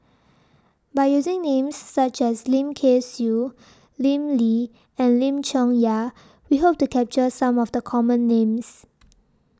By using Names such as Lim Kay Siu Lim Lee and Lim Chong Yah We Hope to capture Some of The Common Names